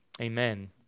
Amen